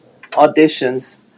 auditions